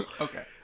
Okay